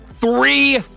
Three